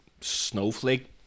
snowflake